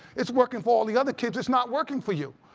it's working for all the other kids, it's not working for you.